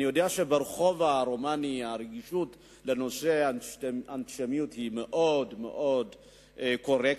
אני יודע שברחוב הרומני הרגישות לנושא האנטישמי היא מאוד קורקטית.